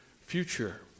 future